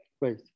Right